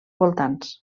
voltants